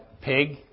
pig